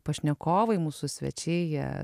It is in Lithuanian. pašnekovai mūsų svečiai jie